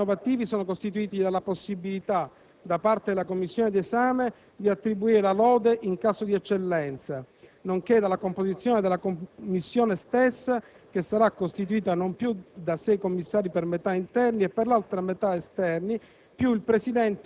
Altri elementi innovativi sono costituiti dalla possibilità, da parte della commissione d'esame, di attribuire la lode in caso di eccellenza, nonché dalla composizione della commissione stessa, che sarà costituita da non più di sei commissari per metà interni e per l'altra metà esterni,